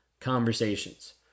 conversations